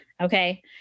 Okay